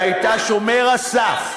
שהייתה שומר הסף,